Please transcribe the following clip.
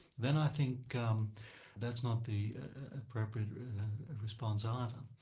then i think um that's not the appropriate response either.